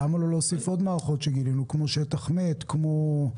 למה לא להוסיף עוד מערכות שגילנו כמו שטח מת וכדומה,